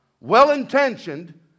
well-intentioned